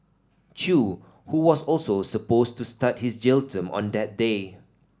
Chew who was also supposed to start his jail term on that day